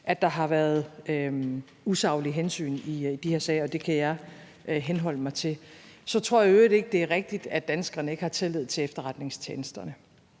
at der har været usaglige hensyn i de her sager, og det kan jeg henholde mig til. Så tror jeg i øvrigt ikke, det er rigtigt, at danskerne ikke har tillid til efterretningstjenesterne.